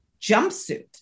jumpsuit